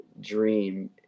dream